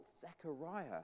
Zechariah